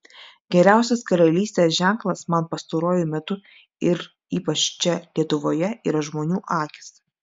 geriausias karalystės ženklas man pastaruoju metu ir ypač čia lietuvoje yra žmonių akys